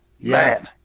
Man